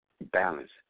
Balance